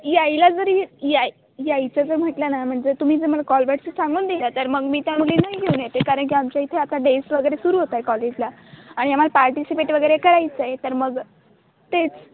यायला जरी याई यायचं जर म्हटलं ना म्हणजे तुम्ही जर मला कॉलवरती सांगून दिलं तर मग मी त्या मुलींनाही घेऊन येते कारण की आमच्या इथे आता डेस वगैरे सुरू होत आहेत कॉलेजला आणि आम्हाला पार्टिसिपेट वगैरे करायचं आहे तर मग तेच